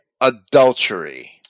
adultery